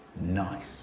Nice